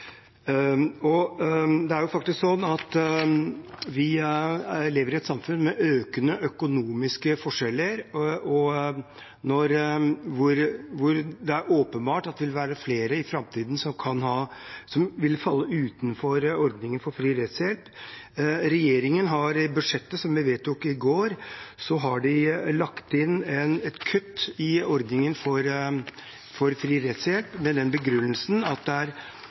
Det er jo faktisk sånn at vi lever i et samfunn med økende økonomiske forskjeller, hvor det er åpenbart at det i framtiden vil være flere som vil falle utenfor ordningen med fri rettshjelp. Regjeringen har i budsjettet som vi vedtok i går, lagt inn et kutt i ordningen med fri rettshjelp, med den begrunnelsen at det er